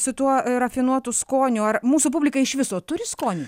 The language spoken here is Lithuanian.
su tuo rafinuotu skoniu ar mūsų publika iš viso turi skonį